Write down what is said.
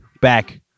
Back